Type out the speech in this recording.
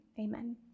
amen